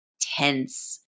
tense